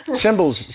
Symbols